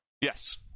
yes